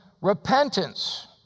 repentance